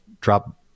drop